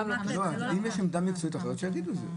אם יש עמדה מקצועית אחרת, שיאמרו את זה.